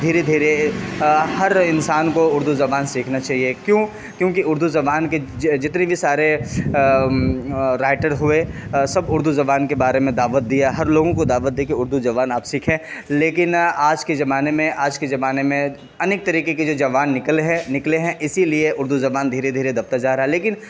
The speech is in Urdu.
دھیرے دھیرے ہر انسان کو اردو زبان سیکھنا چاہیے کیوں کیوںکہ اردو زبان کے جتنی بھی سارے رائٹر ہوئے سب اردو زبان کے بارے میں دعوت دیا ہر لوگوں کو دعوت دے کے اردو زبان آپ سیکھیں لیکن آج کے زمانے میں آج کے زمانے میں انیک طریقے کے جو زبان نکل ہے نکلے ہیں اسی لیے اردو زبان دھیرے دھیرے دبتا جا رہا ہے لیکن